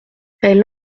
elle